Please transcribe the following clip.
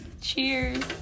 Cheers